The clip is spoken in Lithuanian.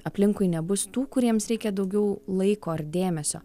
aplinkui nebus tų kuriems reikia daugiau laiko ar dėmesio